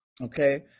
okay